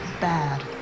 bad